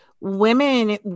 women